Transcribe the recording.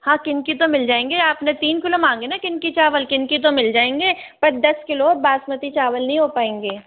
हाँ किनकी तो मिल जायेंगे आपने तीन किलो मांगे ना की इनकी चावल किनकी तो मिल जाएंगे पर दस किलो बासमती चावल नहीं हो पाएंगे